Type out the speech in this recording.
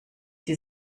sie